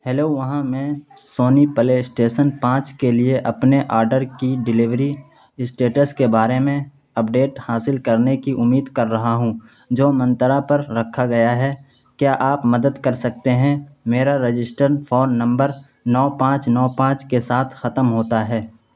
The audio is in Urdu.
ہیلو وہاں میں سونی پلے اسٹیسن پانچ کے لیے اپنے آرڈر کی ڈیلیوری اسٹیٹس کے بارے میں اپ ڈیٹ حاصل کرنے کی امید کر رہا ہوں جو منترا پر رکھا گیا ہے کیا آپ مدد کر سکتے ہیں میرا رجسٹن فون نمبر نو پانچ نو پانچ کے ساتھ ختم ہوتا ہے